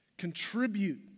contribute